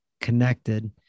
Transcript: connected